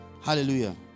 Hallelujah